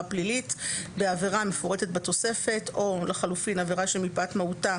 פלילית בעבירה המפורטת בתוספת/ או עבירה שמפאת מהותה,